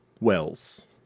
Wells